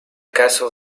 caso